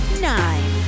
Nine